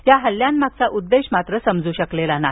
या हल्ल्यांमागील उद्देश समजू शकला नाही